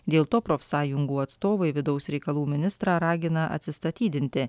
dėl to profsąjungų atstovai vidaus reikalų ministrą ragina atsistatydinti